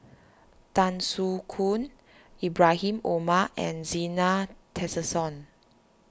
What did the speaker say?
Tan Soo Khoon Ibrahim Omar and Zena Tessensohn